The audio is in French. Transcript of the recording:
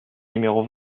numéro